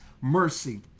mercy